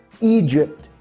Egypt